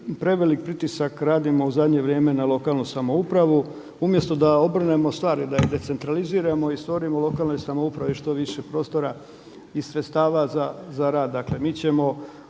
prevelik pritisak radimo u zadnje vrijeme na lokalnu samoupravu. Umjesto da obrnemo stvari i da je decentraliziramo i stvorimo lokalnoj samoupravi što više prostora i sredstava za rad. Dakle, mi ćemo,